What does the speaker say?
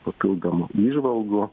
papildomų įžvalgų